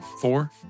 four